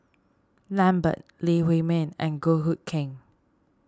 Lambert Lee Huei Min and Goh Hood Keng